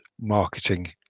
marketing